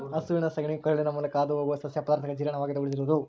ಹಸುವಿನ ಸಗಣಿಯು ಕರುಳಿನ ಮೂಲಕ ಹಾದುಹೋಗುವ ಸಸ್ಯ ಪದಾರ್ಥಗಳ ಜೀರ್ಣವಾಗದೆ ಉಳಿದಿರುವುದು